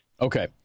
Okay